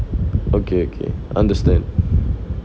okay okay understand